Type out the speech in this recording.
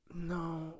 No